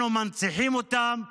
אנחנו מנציחים אותם,